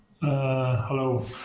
Hello